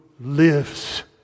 lives